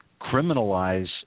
criminalize